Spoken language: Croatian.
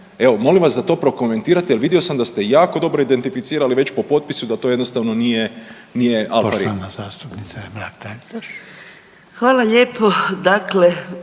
Evo, molim vas da to prokomentirate jer vidio sam da ste jako dobro identificirali već po potpisu da to jednostavno nije al pari. **Reiner, Željko